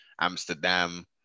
Amsterdam